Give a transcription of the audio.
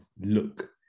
look